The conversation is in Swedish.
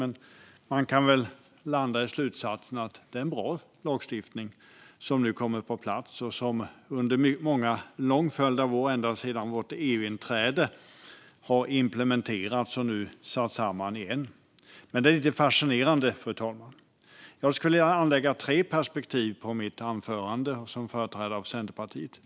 Men man kan väl landa i slutsatsen att det är en bra lagstiftning som nu kommer på plats och som under en lång följd av år, ända sedan vårt EU-inträde, har implementerats och nu satts samman i ett paket. Det är ändå fascinerande, fru talman. Jag skulle vilja anlägga tre perspektiv på mitt anförande som företrädare för Centerpartiet.